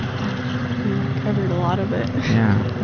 that we covered a lot of it. yeah.